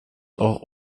auch